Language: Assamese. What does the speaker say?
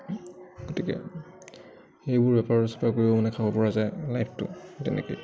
গতিকে সেইবোৰ বেপাৰ চেপাৰ কৰিব হ'লেও মানে খাবপৰা যায় লাইফটো তেনেকৈ